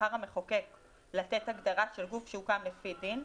בחר המחוקק לתת הגדרה של גוף שהוקם לפי דין,